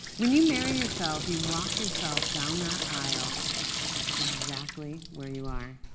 when you marry yourself, you walk yourself down that aisle exactly where you are.